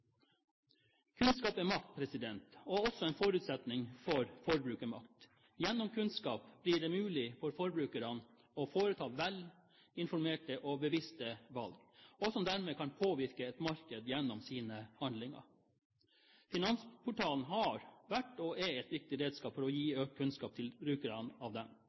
Kunnskap er makt og også en forutsetning for forbrukermakt. Gjennom kunnskap blir det mulig for forbrukerne å foreta velinformerte og bevisste valg, som dermed kan påvirke et marked gjennom sine handlinger. Finansportalen har vært og er et viktig redskap for å gi økt kunnskap til brukerne av